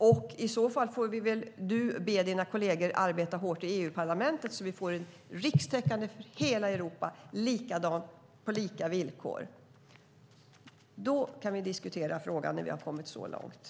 Du får be dina kolleger arbeta hårt i EU-parlamentet så att vi får en likadan skatt i hela Europa på lika villkor. När vi har kommit så långt kan vi diskutera frågan.